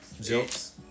jokes